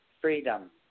freedom